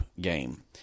game